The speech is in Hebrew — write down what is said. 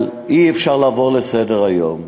אבל אי-אפשר לעבור לסדר-היום.